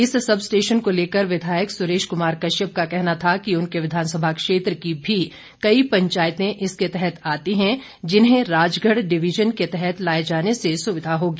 इस sub station को लेकर विधायक सुरेश कुमार कश्यप का कहना था कि उनके विधानसभा क्षेत्र की भी कई पंचायतें इसके तहत आती हैं जिन्हें राजगढ़ डिविजन के तहत लाए जाने से सुविधा होगी